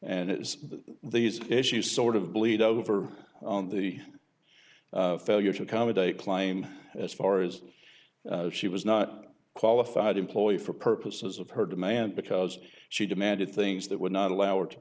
and it is these issues sort of bleed over on the failure to accommodate claim as far as she was not qualified employee for purposes of her demand because she demanded things that would not allow her to